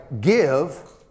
Give